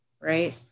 right